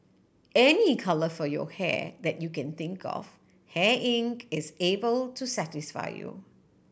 any colour for your hair that you can think of Hair Inc is able to satisfy you